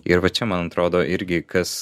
ir va čia man atrodo irgi kas